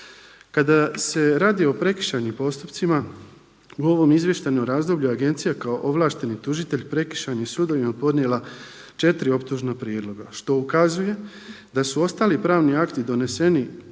Kada se radi o prekršajnim postupcima u ovom izvještajnom razdoblju agencija kao ovlašteni tužitelj prekršajnim sudovima podnijela 4 optužna prijedloga, što ukazuje sa su ostali pravni akti doneseni